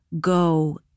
go